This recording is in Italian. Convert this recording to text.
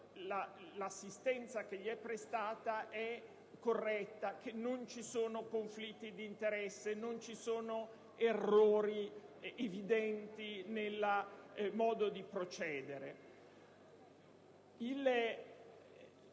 l'assistenza che gli è prestata è corretta, che non ci sono conflitti d'interesse e non ci sono errori evidenti nel modo di procedere.